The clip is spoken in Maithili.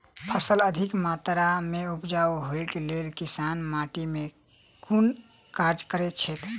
फसल अधिक मात्रा मे उपजाउ होइक लेल किसान माटि मे केँ कुन कार्य करैत छैथ?